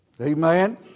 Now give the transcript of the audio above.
Amen